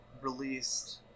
released